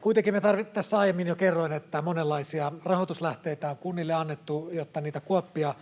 Kuitenkin minä tässä aiemmin jo kerroin, että monenlaisia rahoituslähteitä on kunnille annettu, jotta niitä kuoppia